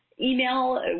email